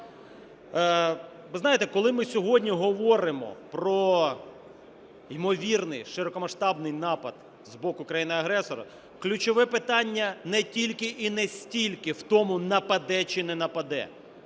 Ви знаєте, коли ми сьогодні говоримо про ймовірний широкомасштабний напад з боку країни-агресора, ключове питання не тільки і не стільки в тому, нападе чи не нападе,